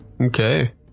Okay